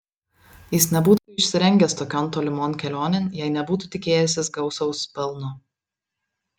jis nebūtų išsirengęs tokion tolimon kelionėn jei nebūtų tikėjęsis gausaus pelno